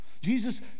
Jesus